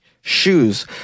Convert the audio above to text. shoes